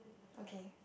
okay